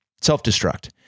self-destruct